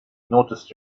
noticed